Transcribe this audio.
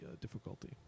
difficulty